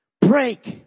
break